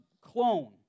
clone